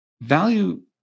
value